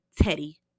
Teddy